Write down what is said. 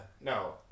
No